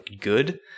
good